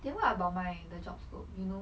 then what about my the job scope you know